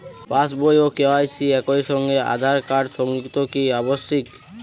পাশ বই ও কে.ওয়াই.সি একই সঙ্গে আঁধার কার্ড সংযুক্ত কি আবশিক?